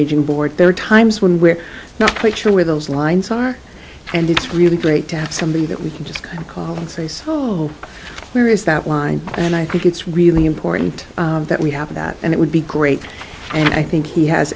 aging board there are times when we're not quite sure where those lines are and it's really great to have somebody that we can just call and say oh where is that line and i think it's really important that we have that and it would be great and i think he has